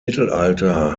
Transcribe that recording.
mittelalter